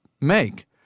make